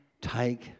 take